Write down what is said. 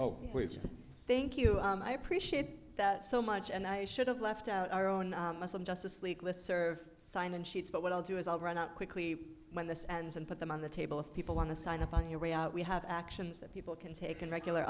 oh thank you i appreciate that so much and i should've left out our own muslim justice league list serv sign in sheets but what i'll do is i'll run out quickly when this ends and put them on the table if people want to sign up on your way out we have actions that people can take and regular